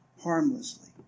Harmlessly